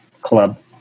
Club